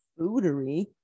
foodery